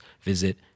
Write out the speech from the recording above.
visit